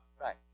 Right